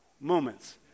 moments